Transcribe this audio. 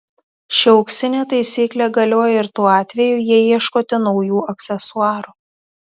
ši auksinė taisyklė galioja ir tuo atveju jei ieškote naujų aksesuarų